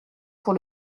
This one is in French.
pour